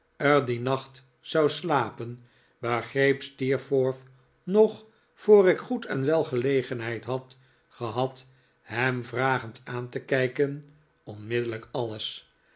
dien nacht zou slapen begreep steerforth nog voor ik goed en wel gelegenheid had gehad hem vragend aan te kijken onmiddellijk alles